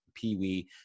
peewee